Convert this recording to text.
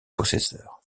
possesseur